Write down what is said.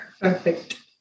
Perfect